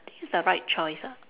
it's the right choice ah